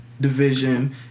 division